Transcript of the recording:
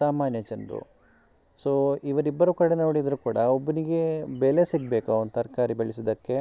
ಸಾಮಾನ್ಯ ಜನರು ಸೊ ಇವರಿಬ್ಬರ ಕಡೆ ನೋಡಿದರು ಕೂಡ ಒಬ್ಬನಿಗೆ ಬೆಲೆ ಸಿಗಬೇಕು ಅವ್ನು ತರಕಾರಿ ಬೆಳೆಸಿದ್ದಕ್ಕೆ